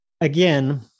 again